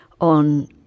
on